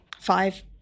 Five